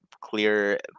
clear